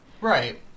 Right